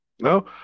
No